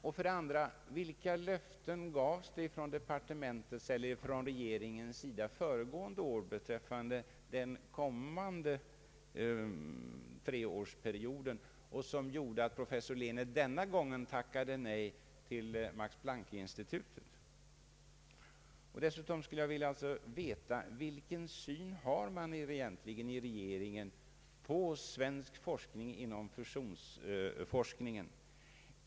Vidare vill jag fråga: Vilka löften gavs från regeringens sida föregående år beträffande den kommande treårsperioden, som gjorde att professor Lehnert denna gång tackade nej till Max-Planck-institutet? Vilken syn har regeringen egentligen på svensk fusionsforskning?